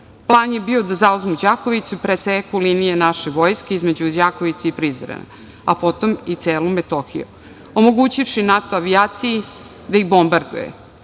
Plan je bio da zauzmu Đakovicu, preseku linije naše vojske između Đakovice i Prizrena, a potom i celu Metohiju, omogućivši NATO avijaciji da ih bombarduje. Pošto